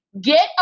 get